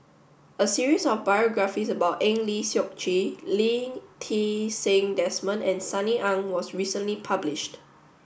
a series of biographies about Eng Lee Seok Chee Lee Ti Seng Desmond and Sunny Ang was recently published